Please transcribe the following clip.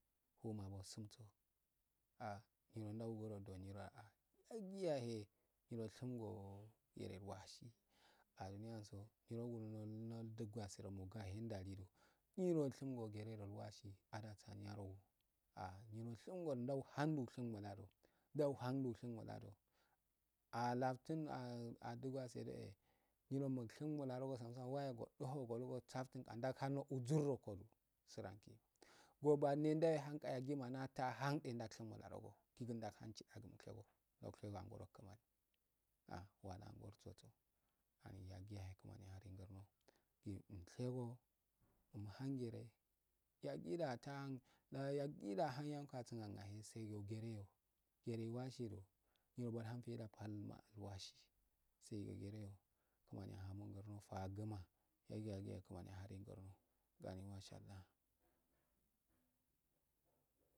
Fummabwalsunso ah nyirowaa yaggiyahee ashingoo geelwasi aduniyanso nyiroginge dogwasero muga hee ndalidu nyiro shingo geesolwasi adasamiyaragu ah nyio shingo ndauhando shingumulado alatun nh andugwacedoe nyiro shingunukdo samsam wayo goddo hogo hu wusaftun ndan hado uzuroko siraiki gogwalendahaga yaggima tahanda ndashigu mila rogo gigii ndahan kidadu mushego mushegwo angoro lamani ah walangursoso ai yaggiyahe kimani haharingnogee mshegoo mhangure yaggidatahan la yaggida yan kasi yahe sai go gereyo gereyi wasido walhaifeeda palmalwasi sai go gereyo lamani ahamongurnoo faguma yaggi yaggiyahe kimani aha mngurno ganni masha allah.